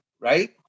right